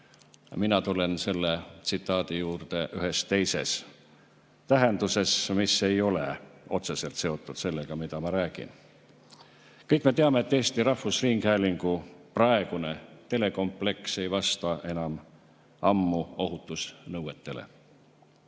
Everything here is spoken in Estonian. Mina tulen selle tsitaadi juurde ühes teises tähenduses, mis ei ole otseselt seotud sellega, mida ma räägin. Kõik me teame, et Eesti Rahvusringhäälingu praegune telekompleks ei vasta enam ammu ohutusnõuetele.